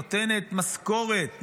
נותנת משכורת,